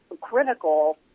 critical